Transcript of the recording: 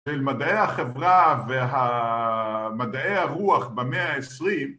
של מדעי החברה ומדעי הרוח במאה העשרים